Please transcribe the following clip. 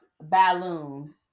balloon